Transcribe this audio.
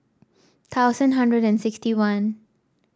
thousand hundred and sixty one